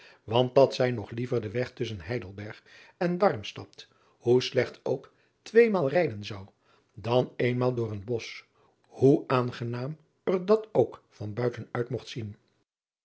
want dat zij nog liever den weg tusschen eidelberg en armstad hoe slecht ook tweemaal rijden zou dan eenmaal door een bosch hoe aangenaam er dat ook van buiten uit mogt zien